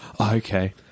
Okay